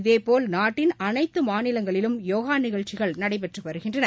இதேபோல் நாட்டின் அனைத்தமாநிலங்களிலும் யோகநிகழ்ச்சிகள் நடைபெற்றுவருகின்றன